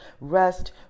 rest